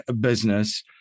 business